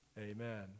Amen